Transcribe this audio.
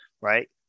right